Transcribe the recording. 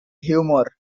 humor